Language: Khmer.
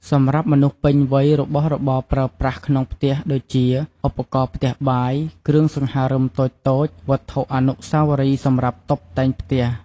សម្រាប់មនុស្សពេញវ័យរបស់របរប្រើប្រាស់ក្នុងផ្ទះដូចជា ឧបករណ៍ផ្ទះបាយ គ្រឿងសង្ហារិមតូចៗ វត្ថុអនុស្សាវរីយ៍សម្រាប់តុបតែងផ្ទះ។